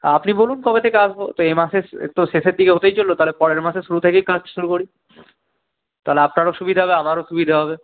আপনি বলুন কবে থেকে আসবো তো এ মাসের তো শেষের দিকে হতেই চলল তাহলে পরের মাসের শুরু থেকেই কাজ শুরু করি তাহলে আপনারও সুবিধে হবে আমারও সুবিধে হবে